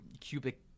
cubic